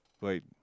Wait